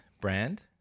brand